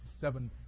seven